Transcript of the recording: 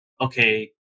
okay